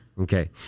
Okay